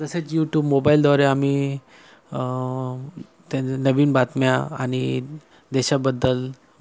तसेच यूटूब मोबाईलद्वारे आम्ही त्यांने नवीन बातम्या आणि देशाबद्दल